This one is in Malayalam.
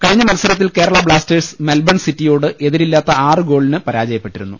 കഴിഞ്ഞ മത്സരത്തിൽ കേരള ബ്ലാസ്റ്റേഴ്സ് മെൽബൺ സിറ്റിയോട് എതിരില്ലാത്ത ആറുഗോളിന് പരാജയപ്പെട്ടിരുന്നു